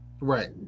Right